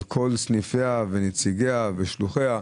על כל סניפיה ונציגיה ושלוחיה.